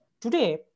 Today